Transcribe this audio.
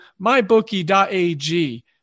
MyBookie.ag